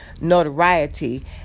notoriety